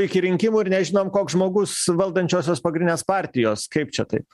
iki rinkimų ir nežinom koks žmogus valdančiosios pagrindinės partijos čia taip